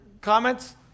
comments